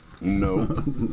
no